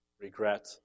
regret